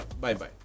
Bye-bye